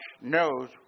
knows